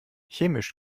chemisch